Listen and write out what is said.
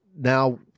Now